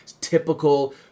Typical